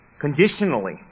conditionally